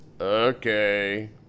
Okay